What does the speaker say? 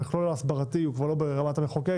המכלול ההסברתי הוא כבר לא ברמת המחוקק,